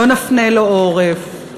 לא נפנה לו עורף,